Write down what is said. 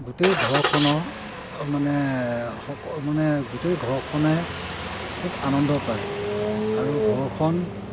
গোটেই ঘৰখনৰ মানে সক মানে গোটেই ঘৰখনে খুব আনন্দ পায় আৰু ঘৰখন